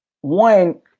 One